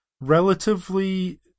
relatively